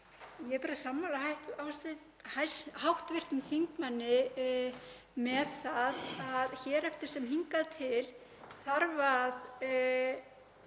Ég er bara sammála hv. þingmanni um að hér eftir sem hingað til þarf að